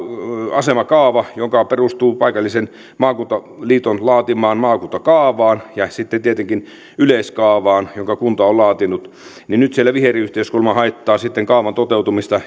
asemakaava joka perustuu paikallisen maakuntaliiton laatimaan maakuntakaavaan ja sitten tietenkin yleiskaavaan jonka kunta on laatinut nyt siellä viheryhteys ja rakennuskiellot kuulemma haittaavat sitten kaavan toteutumista